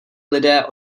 lidé